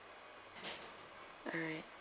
alright